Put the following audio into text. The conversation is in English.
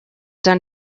down